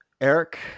Eric